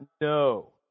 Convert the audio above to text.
No